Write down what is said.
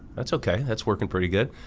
that's okay, that's working pretty good.